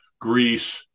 Greece